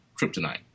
kryptonite